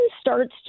starts